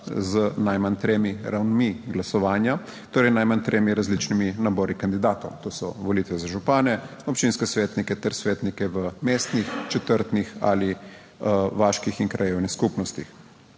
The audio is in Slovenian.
z najmanj tremi ravnmi glasovanja, torej najmanj tremi različnimi nabori kandidatov, to so volitve za župane, občinske svetnike ter svetnike v mestnih, četrtnih ali vaških in krajevnih skupnostih.